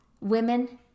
women